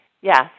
Yes